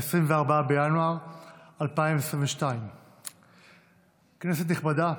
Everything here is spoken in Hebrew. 24 בינואר 2022. כנסת נכבדה,